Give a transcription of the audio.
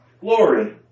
glory